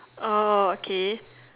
oh okay